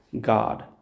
God